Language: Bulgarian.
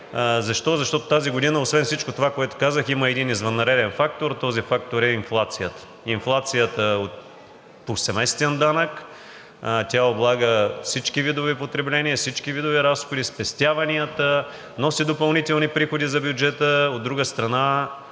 Защо? Защото тази година освен всичко това, което казах, има един извънреден фактор. Този фактор е инфлация – инфлацията от повсеместен данък, тя облага всички видове потребление, всички видове разходи, спестяванията, носи допълнителни приходи за бюджета. От друга страна,